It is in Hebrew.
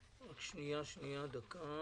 רוב הצעת אישור מוסדות ציבור לעניין סעיף 61